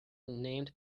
named